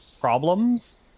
problems